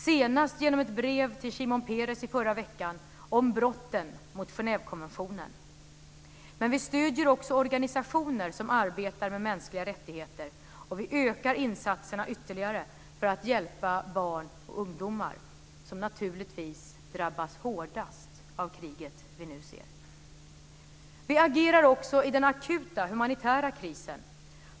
Senast gjorde vi det genom att brev till Shimon Peres i förra veckan om brotten mot Genèvekonventionen. Men vi stöder också organisationer som arbetar med mänskliga rättigheter. Vi ökar insatserna ytterligare för att hjälpa barn och ungdomar som naturligtvis drabbas hårdast av det krig som vi nu ser. Vi agerar också i den akuta humanitära krisen.